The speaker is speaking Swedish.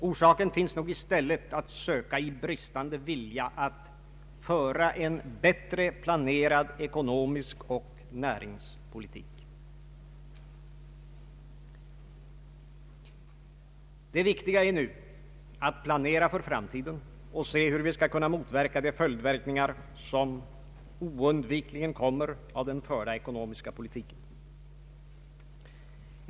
Orsaken finns nog i stället att söka i en bristande vilja att föra en bättre planerad ekonomisk politik och näringspolitik. Det viktiga är nu att planera för framtiden och se hur vi skall kunna motverka de konsekvenser som oundvikligen följer av den förda ekonomiska politiken.